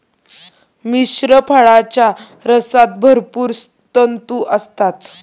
मिश्र फळांच्या रसात भरपूर तंतू असतात